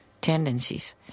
tendencies